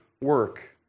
work